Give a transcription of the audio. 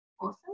awesome